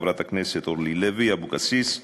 חברת הכנסת אורלי לוי אבקסיס,